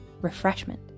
refreshment